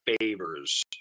favors